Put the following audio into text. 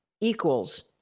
equals